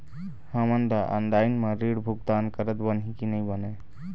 हमन ला ऑनलाइन म ऋण भुगतान करत बनही की नई बने?